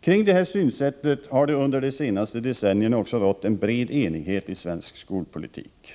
Kring det här synsättet har det under de senaste decennierna också rått en bred enighet i svensk skolpolitik.